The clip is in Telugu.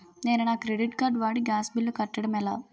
నేను నా క్రెడిట్ కార్డ్ వాడి గ్యాస్ బిల్లు కట్టడం ఎలా?